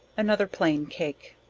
another plain cake.